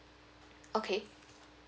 okay